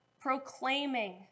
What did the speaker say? proclaiming